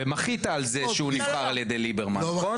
ומחית על זה שהוא נבחר על ידי ליברמן, נכון?